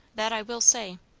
that i will say.